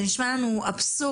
זה נשמע לנו אבסורד,